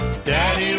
Daddy